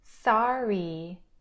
sorry